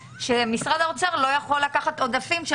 שמשרד האוצר לא יכול לקחת עודפים של